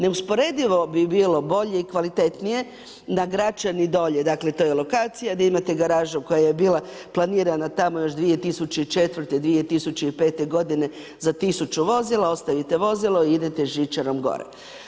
Neusporedivo bi bilo bolje i kvalitetnije da Gračani dolje, dakle to je lokacija gdje imate garažu u kojoj je bila planirana tamo još 2004., 2005. godine za 1000 vozila, ostavite vozilo i idete žičarom gore.